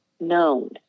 known